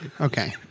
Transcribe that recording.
Okay